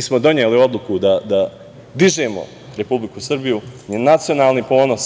smo doneli odluku da dižemo Republiku Srbiju, njen nacionalni ponos,